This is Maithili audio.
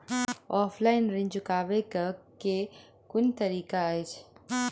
ऑफलाइन ऋण चुकाबै केँ केँ कुन तरीका अछि?